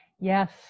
Yes